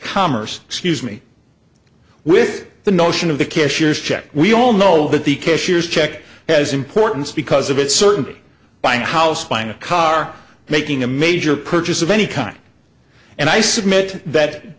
commerce excuse me with the notion of the kiss your check we all know that the cashier's check has importance because of its certainty buying a house buying a car making a major purchase of any kind and i submit that